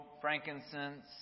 frankincense